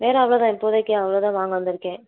வேறு அவ்வளோ தான் இப்போதைக்கு அவ்வளோ தான் வாங்க வந்திருக்கேன்